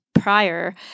prior